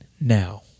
now